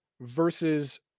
versus